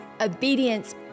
obedience